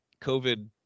COVID